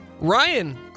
Ryan